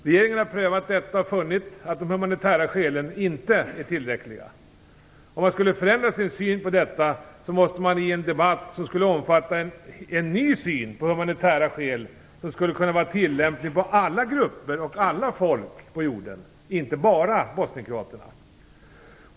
Regeringen har prövat detta och funnit att de humanitära skälen inte är tillräckliga. Om man skall förändra sin syn på detta måste man föra en debatt som skulle omfatta en ny syn på humanitära skäl som skulle kunna vara tillämplig på alla grupper och alla folk på jorden, inte bara bosnienkroaterna.